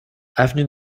avenue